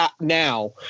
Now